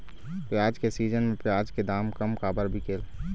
प्याज के सीजन म प्याज के दाम कम काबर बिकेल?